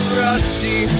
rusty